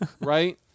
right